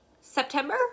September